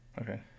okay